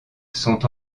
sont